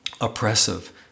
oppressive